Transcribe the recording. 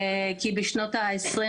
כי בשנות ה-20,